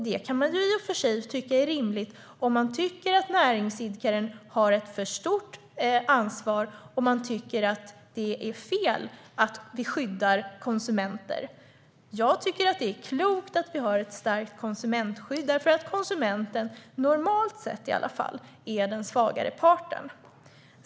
Det kan man i och för sig tycka är rimligt om man tycker att näringsidkaren har ett för stort ansvar och om man tycker att det är fel att vi skyddar konsumenter. Jag tycker dock att det är klokt att vi har ett starkt konsumentskydd eftersom konsumenten normalt sett är den svagare parten.